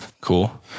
Cool